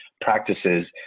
practices